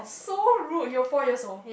so rude you were four years old